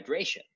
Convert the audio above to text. hydration